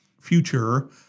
future